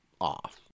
off